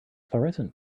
florescent